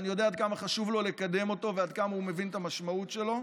ואני יודע עד כמה חשוב לו לקדם אותו ועד כמה הוא מבין את המשמעות שלו,